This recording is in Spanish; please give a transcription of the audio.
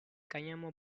cáñamo